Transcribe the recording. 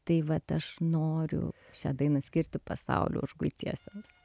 tai vat aš noriu šią dainą skirti pasaulių užguitiesiems